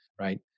right